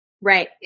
Right